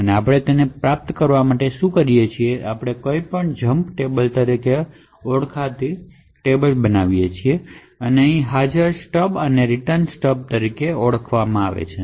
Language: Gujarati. હવે આપણે તેને પ્રાપ્ત કરવા માટે શું કરીએ છીએ આપણે કંઈક જમ્પ ટેબલ તરીકે ઓળખાય છે જે અહીં સ્ટબ અને રીટર્ન સ્ટબ તરીકે હાજર છે